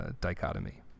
dichotomy